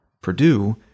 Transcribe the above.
Purdue